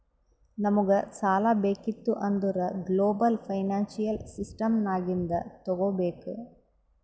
ನಮುಗ್ ಸಾಲಾ ಬೇಕಿತ್ತು ಅಂದುರ್ ಗ್ಲೋಬಲ್ ಫೈನಾನ್ಸಿಯಲ್ ಸಿಸ್ಟಮ್ ನಾಗಿಂದೆ ತಗೋಬೇಕ್